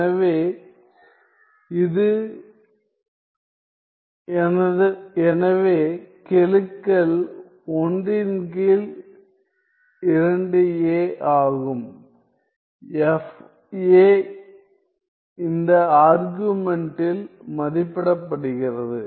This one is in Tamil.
எனவே இது எனவே கெழுக்கள் 1 இன் கீழ் 2 a ஆகும் fa இந்த ஆர்குமென்டில் மதிப்பிடப்படுகிறது